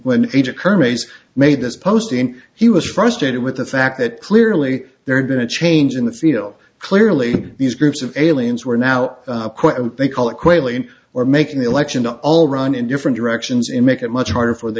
hermes made this posting he was frustrated with the fact that clearly there had been a change in the field clearly these groups of aliens were now they call it quickly or making the election all run in differ directions in make it much harder for the